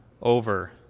over